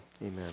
amen